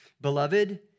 Beloved